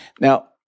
Now